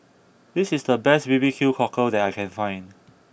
this is the best B B Q Cockle that I can find